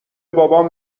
بابام